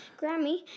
Grammy